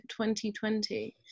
2020